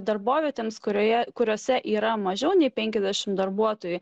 darbovietėms kurioje kuriose yra mažiau nei penkiasdešimt darbuotojų